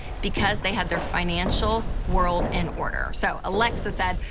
because they had their financial world in order. so, alexa said,